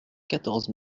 quatorze